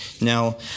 Now